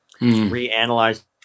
reanalyze